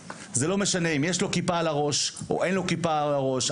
זה לא משנה אם יש לו כיפה על הראש או אין לו כיפה על הראש,